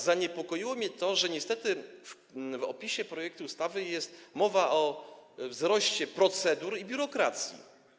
Zaniepokoiło mnie to, że niestety w opisie projektu ustawy jest mowa o wzroście w przypadku procedur i biurokracji.